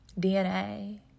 DNA